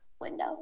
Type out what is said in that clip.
window